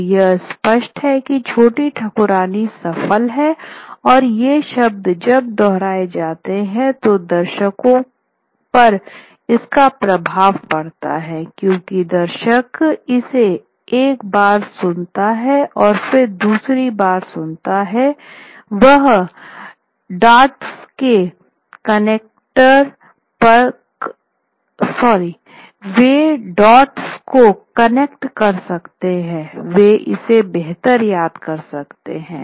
तो यह स्पष्ट है कि छोटी ठाकुरायन सफल हैं और ये शब्द जब दोहराए जाते हैं तो दर्शकों पर इसका प्रभाव पड़ता है क्योंकि दर्शक इसे एक बार सुनता है और फिर दूसरी बार सुनता है वे डॉट्स को कनेक्ट कर सकते हैं वे इसे बेहतर याद रख सकते हैं